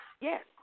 Yes